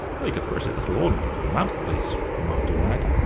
make a pretty little ornament for the mantelpiece! remarked a wag.